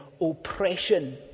oppression